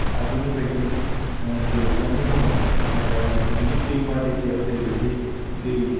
आगुनिबायदि गोरोबनानै दङ नाथाय बेनि दैमा दैसायाव जेरैबायदि दै